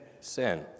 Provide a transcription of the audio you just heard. Sin